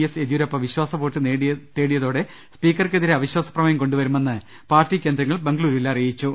S Yediyurappa വിശ്വാസവോട്ട് നേടിയശേഷം സ്പീക്കർക്കെതിരെ അവിശ്വാസ പ്രമേയം കൊണ്ടുവരുമെന്ന് പാർട്ടി കേന്ദ്രങ്ങൾ ബംഗളുരുവിൽ അറി യിച്ചു